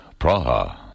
Praha